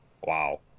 wow